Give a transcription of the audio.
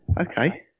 Okay